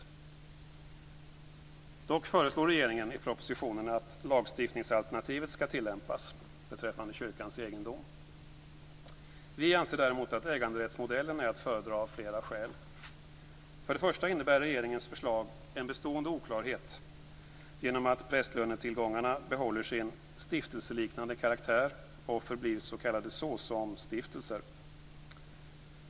Regeringen föreslår dock i propositionen att lagstiftningsalternativet skall tillämpas beträffande kyrkans egendom. Vi anser däremot att äganderättsmodellen är att föredra av flera skäl: För det första innebär regeringens förslag en bestående oklarhet genom att prästlönetillgångarna behåller sin "stiftelseliknande karaktär" och förblir s.k. såsom-stiftelser.